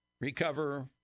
recover